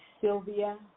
Sylvia